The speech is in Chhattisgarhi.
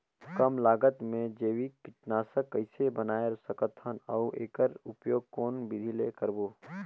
कम लागत मे जैविक कीटनाशक कइसे बनाय सकत हन अउ एकर उपयोग कौन विधि ले करबो?